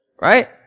right